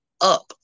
up